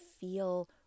feel